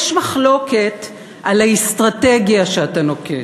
יש מחלוקת על האסטרטגיה שאתה נוקט.